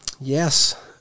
yes